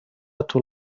طول